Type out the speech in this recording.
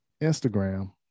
Instagram